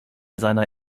seiner